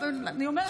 זה חלק מהתהליך.